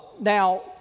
Now